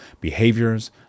behaviors